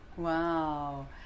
Wow